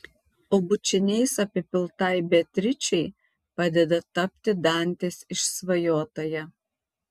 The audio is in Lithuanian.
o bučiniais apipiltai beatričei padeda tapti dantės išsvajotąja